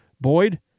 Boyd